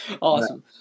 awesome